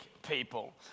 people